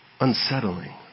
unsettling